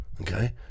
okay